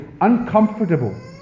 uncomfortable